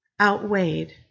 outweighed